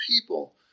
people